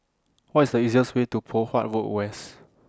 What IS The easiest Way to Poh Huat Road West